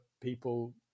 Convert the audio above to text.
people